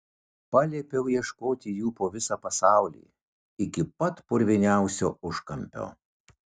paliepiau ieškoti jų po visą pasaulį iki pat purviniausio užkampio